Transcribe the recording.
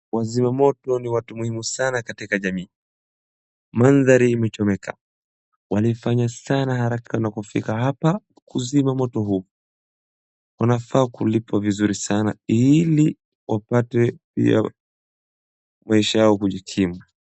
Wazima moto ni watu muhimu sana katika jamii. Mandhari imechomeka, walifanya sana haraka na kufika hapa kuzima moto huu. Wanafaa kulipwa vizuri sana ili wapate maisha yao kujikimu.